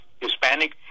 hispanic